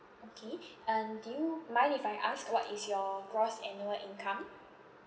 okay and do you mind if I ask what is your gross annual income